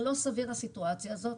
זה לא סביר הסיטואציה הזאת.